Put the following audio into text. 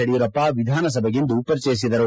ಯಡಿಯೂರಪ್ಪ ವಿಧಾನಸಭೆಗಿಂದು ಪರಿಚಯಿಸಿದರು